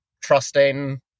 trusting